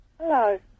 Hello